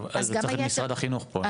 טוב, אז צריך את משרד החינוך פה.